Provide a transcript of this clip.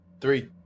Three